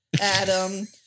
Adam